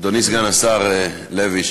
אדוני סגן השר לוי,